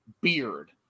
beard